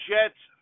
Jets